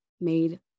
made